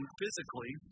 physically